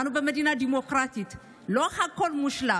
אנחנו במדינה דמוקרטית ולא הכול מושלם,